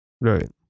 Right